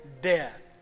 death